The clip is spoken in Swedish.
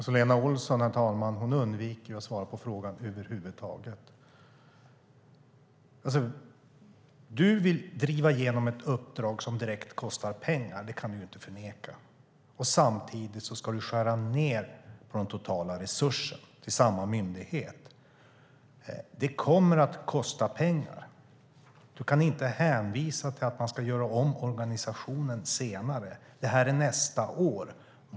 Herr talman! Lena Olsson undviker att svara på frågan över huvud taget. Du vill driva igenom ett uppdrag som direkt kostar pengar. Det kan du inte förneka. Samtidigt ska du skära ned på de totala resurserna till samma myndighet. Det kommer att kosta pengar. Du kan inte hänvisa till att man ska göra om organisationen senare. Det här är nästa år.